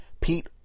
pete